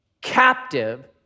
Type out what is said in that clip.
captive